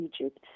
Egypt